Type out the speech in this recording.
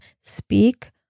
speak